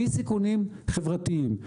מסיכונים חברתיים,